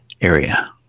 area